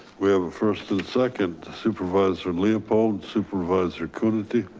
we have a first and second supervisor leopold, supervisor coonerty.